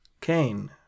Cain